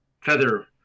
feather